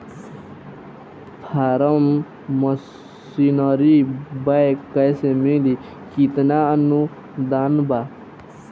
Form machinery bank कैसे मिली कितना अनुदान बा?